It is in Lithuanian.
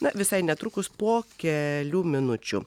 na visai netrukus po kelių minučių